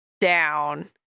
down